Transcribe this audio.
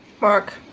Mark